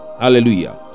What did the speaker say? hallelujah